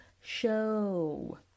show